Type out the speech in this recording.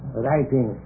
writing